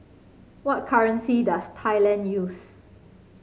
what currency does Thailand use